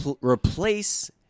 replace